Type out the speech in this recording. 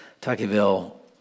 Tocqueville